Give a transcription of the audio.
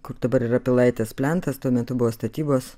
kur dabar yra pilaitės plentas tuo metu buvo statybos